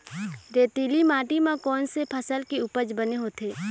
रेतीली माटी म कोन से फसल के उपज बने होथे?